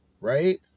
right